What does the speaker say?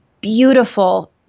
beautiful